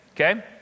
Okay